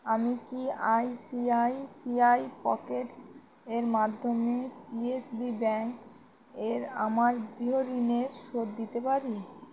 আমি কি I C I C I পকেটসয়ের মাধ্যমে সি এস বি ব্যাঙ্কের আমার গৃহ ঋণের শোধ দিতে পারি